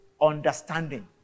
understanding